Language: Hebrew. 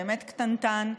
באמת קטנטן,